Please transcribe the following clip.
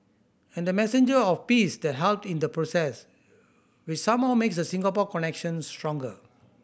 and the messenger of peace that helped in the process which somehow makes the Singapore connection stronger